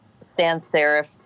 sans-serif